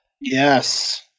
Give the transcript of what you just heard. Yes